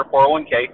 401k